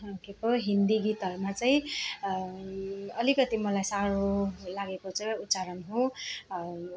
के पो हिन्दी गीतहरूमा चाहिँ अलिकति मलाई साह्रो लागेको चाहिँ उच्चारण हो